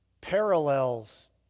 parallels